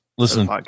Listen